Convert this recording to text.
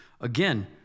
Again